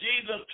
Jesus